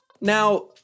Now